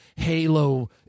Halo